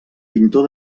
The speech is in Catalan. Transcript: pintor